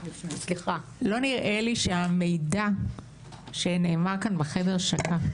לא נראה לי שהמידע שנאמר כאן בחדר שקע,